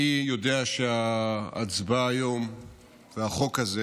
אני יודע שההצבעה היום והחוק הזה,